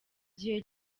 gihe